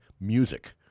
music